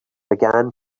began